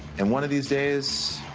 and one of these days,